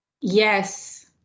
Yes